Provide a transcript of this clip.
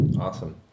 Awesome